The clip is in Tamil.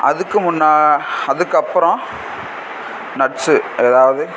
அதுக்கு முன்னே அதுக்கப்புறம் நட்ஸு ஏதாவது